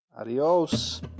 Adios